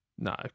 No